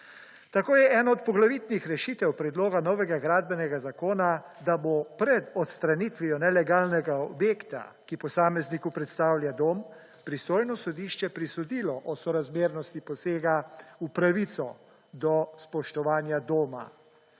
Tako je eno od poglavitnih rešitev predloga novega gradbenega zakona, da bo pred odstranitvijo nelegalnega objekta, ki posamezniku predstavlja dom pristojno sodišče prisodilo o sorazmernosti posega v pravico do spoštovanje doma.